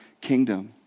kingdom